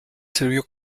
sirvió